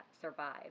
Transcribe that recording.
survive